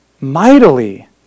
mightily